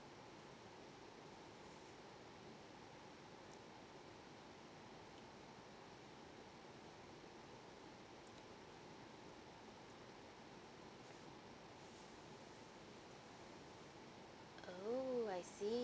oh I see